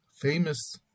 famous